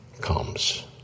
comes